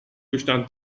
bestand